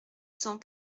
cent